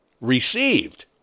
received